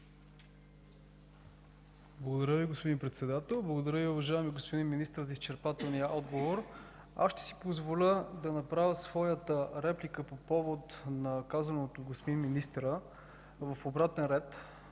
Благодаря, господин Председател. Благодаря, уважаеми господин Министър, за изчерпателния отговор. Аз ще си позволя да направя своята реплика по повод на казаното от господин министъра в обратен ред